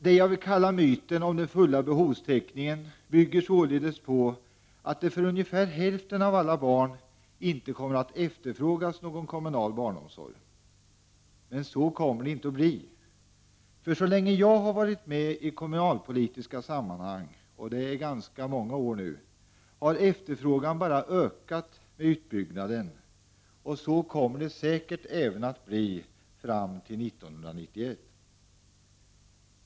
Det jag vill kalla myten om den fulla behovstäckningen bygger således på att det för ungefär hälften av alla barn inte kommer att efterfrågas någon kommunal barnomsorg. Men så kommer det inte att bli. Så länge jag har varit med i kommunalpolitiska sammanhang — och det är ganska många år nu — har efterfrågan bara ökat i takt med utbyggnaden. Och så kommer det säkert även att bli fram till 1991.